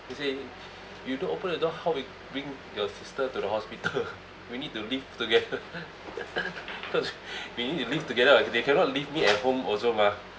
he say you don't open the door how we bring your sister to the hospital we need to leave together cause we need to leave together [what] they cannot leave me at home also mah